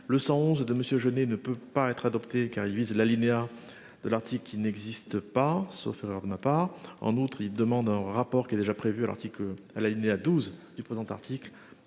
Le sens de monsieur ne peut pas être adoptée, car il vise l'alinéa de l'article qui n'existe pas, sauf erreur de ma part. En outre, il demande un rapport qui est déjà prévu à l'article à la une, et à 12 du présent article